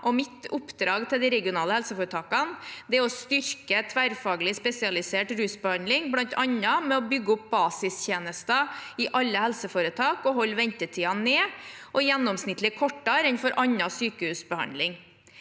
Mitt oppdrag til de regionale helseforetakene er å styrke tverrfaglig spesialisert rusbehandling, bl.a. ved å bygge opp basistjenester i alle helseforetak og holde ventetidene nede – og gjennomsnittlig kortere enn for annen sykehusbehandling.